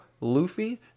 luffy